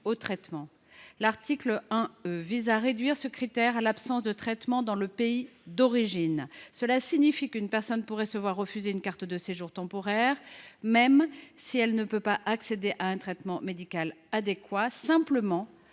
au traitement, que l’article 1 E vise à réduire à l’absence de traitement dans le pays d’origine. Cela signifie qu’une personne pourrait se voir refuser une carte de séjour temporaire, même si elle ne peut pas accéder à un traitement médical adéquat, simplement